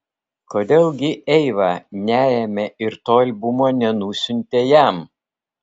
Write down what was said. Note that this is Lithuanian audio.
kodėl gi eiva neėmė ir to albumo nenusiuntė jam